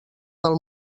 del